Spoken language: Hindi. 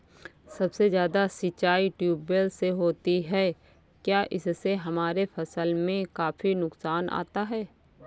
सबसे ज्यादा सिंचाई ट्यूबवेल से होती है क्या इससे हमारे फसल में काफी नुकसान आता है?